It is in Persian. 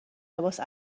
لباس